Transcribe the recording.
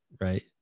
right